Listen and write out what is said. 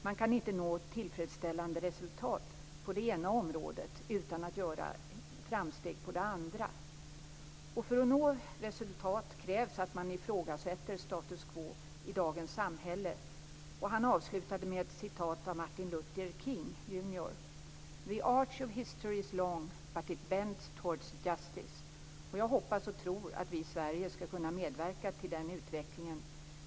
Man kan inte nå tillfredsställande resultat på det ena området utan att göra framsteg på det andra. För att nå resultat krävs att man ifrågasätter status quo i dagens samhälle. Han avslutade med ett citat av "The arch of history is long, but it bends towards justice." Jag hoppas och tror att vi i Sverige skall kunna medverka till den utvecklingen.